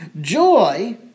Joy